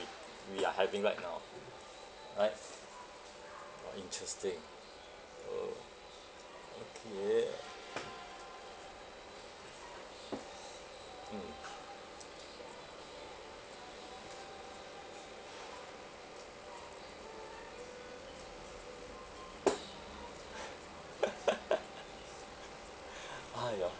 we are having right now right uh interesting oh okay mm ah ya